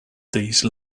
these